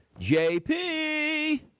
JP